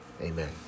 Amen